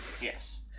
Yes